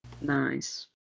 Nice